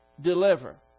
deliver